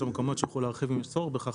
המקומיות שיוכלו להרחיב אם יש צורך בכך,